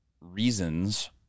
reasons